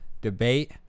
debate